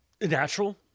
natural